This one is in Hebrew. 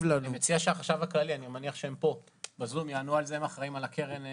שנציגי החשב הכללי יענו על זה.